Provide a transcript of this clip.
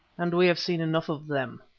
and we have seen enough of them.